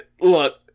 look